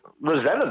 resented